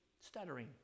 stuttering